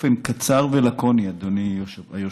באופן קצר ולקוני, אדוני היושב-ראש,